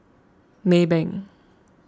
Maybank